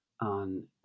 on